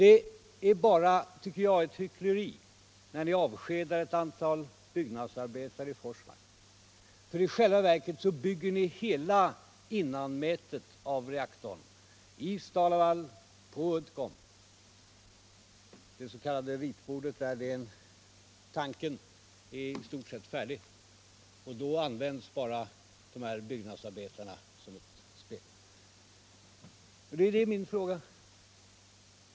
Det är, tycker jag, bara hyckleri när ni avskedar ett antal byggnadsarbetare i Forsmark -— för i själva verket bygger ni hela innanmätet av reaktorn. I STAL-LAVAL och Uddcomb, på det s.k. ritbordet, är tanken redan färdig, och därför använder ni de här byggnadsarbetarna bara som brickor i ett spel.